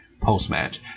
post-match